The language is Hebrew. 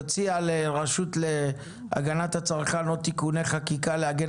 תציע לרשות להגנת הצרכן עוד תיקוני חקיקה להגן